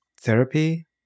therapy